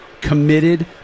committed